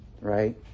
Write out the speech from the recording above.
Right